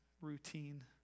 routine